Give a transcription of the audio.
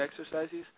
exercises